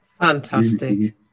fantastic